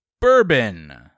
bourbon